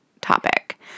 topic